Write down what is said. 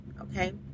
okay